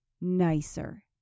nicer